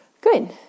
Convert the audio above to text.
Good